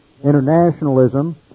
internationalism